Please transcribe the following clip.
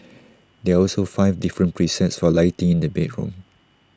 there are also five different presets for lighting in the bedroom